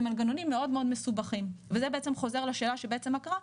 אלה מנגנונים מאוד מאוד מסובכים וזה בעצם חוזר לשאלה שבעצם מה קרה,